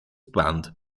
band